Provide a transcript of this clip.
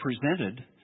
presented